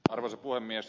arvoisa puhemies